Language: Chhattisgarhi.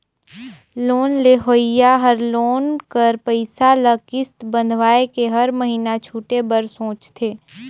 लोन लेहोइया हर लोन कर पइसा ल किस्त बंधवाए के हर महिना छुटे बर सोंचथे